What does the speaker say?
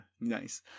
nice